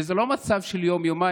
וזה לא מצב של יום-יומיים,